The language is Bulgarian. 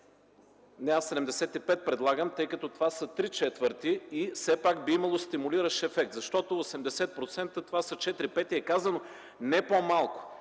Не, аз предлагам 75, тъй като това са три четвърти и все пак би имало стимулиращ ефект. Защото 80% – това са четири пети, а е казано „не по-малко”.